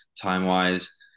time-wise